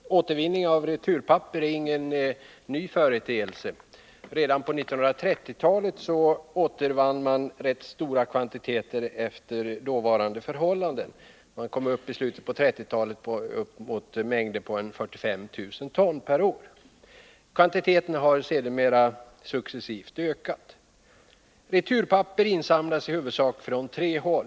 Herr talman! Återvinningen av returpapper är ingen ny företeelse. Redan på 1930-talet återvann man rätt stora kvantiteter efter dåvarande förhållanden. I slutet av 1930-talet kom man upp i mängder på bortemot 45 000 ton per år. Kvantiteterna har sedermera successivt ökat. Returpapper insamlas i huvudsak från tre håll.